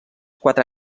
quatre